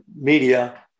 media